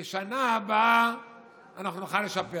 בשנה הבאה אנחנו נוכל לשפר.